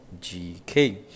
gk